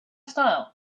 style